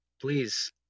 Please